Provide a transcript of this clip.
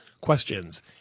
questions